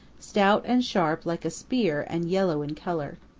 stout and sharp like a spear and yellow in color.